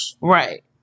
Right